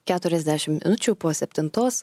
keturiasdešim minučių po septintos